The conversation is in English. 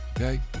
Okay